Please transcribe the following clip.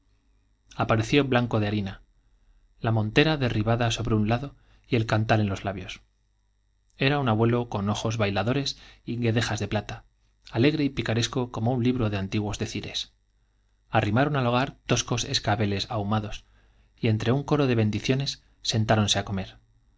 pareció blanco de harina la montera derribada sobre un lado el cantar en los labios era un abuelo y con ojos bailadores y guedejas de plata alegre y picaresco como un libro de antiguos decires arri marón al hogar toscos escabeles ahumados y entre un coro de bendiciones sentáronse á comer